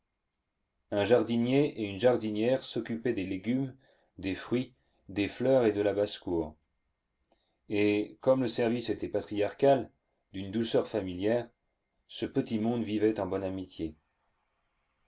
un jardinier et une jardinière s'occupaient des légumes des fruits des fleurs et de la basse-cour et comme le service était patriarcal d'une douceur familière ce petit monde vivait en bonne amitié